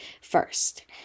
first